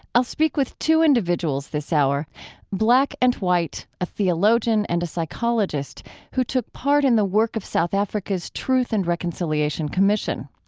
i'll speak with two individuals this hour black and white, a theologian, and a psychologist who took part in the work of south africa's truth and reconciliation commission.